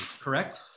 correct